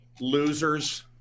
Losers